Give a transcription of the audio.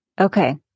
Okay